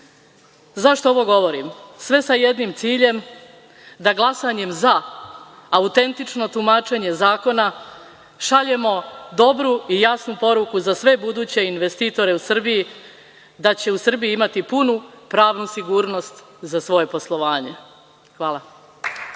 ovo govorim? Sve sa jednim ciljem da glasanjem za autentično tumačenje zakona šaljemo dobru i jasnu poruku za sve buduće investitore u Srbiji da će u Srbiji imati punu pravnu sigurnost za svoje poslovanje. Hvala.